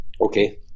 Okay